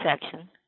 section